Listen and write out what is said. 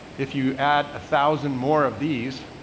if you add a thousand more of these,